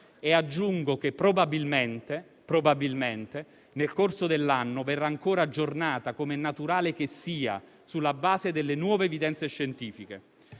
Aggiungo che probabilmente, nel corso dell'anno, verrà ancora aggiornata - come è naturale che sia - sulla base delle nuove evidenze scientifiche.